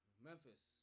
Memphis